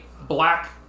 black